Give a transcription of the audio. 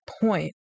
point